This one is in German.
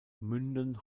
münden